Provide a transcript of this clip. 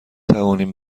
توانیم